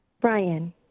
Brian